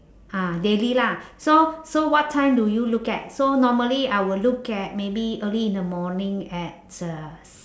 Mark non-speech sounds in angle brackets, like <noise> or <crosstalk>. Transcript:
ah daily lah <breath> so so what time do you look at so normally I would look at maybe early in the morning at uh